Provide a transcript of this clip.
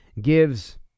gives